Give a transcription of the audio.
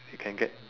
can get